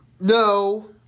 No